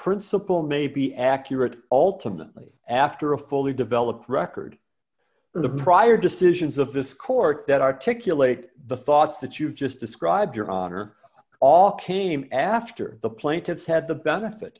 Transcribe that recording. principle may be accurate ultimately after a fully developed record in the prior decisions of this court that articulate the thoughts that you've just described your honor all came after the plaintiffs had the benefit